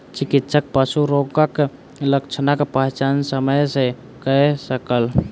चिकित्सक पशु रोगक लक्षणक पहचान समय सॅ कय सकल